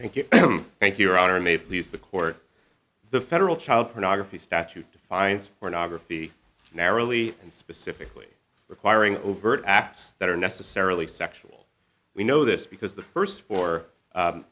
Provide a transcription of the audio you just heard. thank you thank your honor may please the court the federal child pornography statute defines pornography narrowly and specifically requiring overt acts that are necessarily sexual we know this because the first four